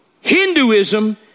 Hinduism